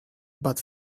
but